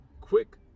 quick